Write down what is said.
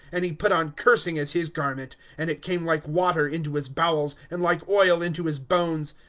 and he put on cursing as his garment and it came like water into his bowels, and like oil into his bones.